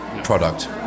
product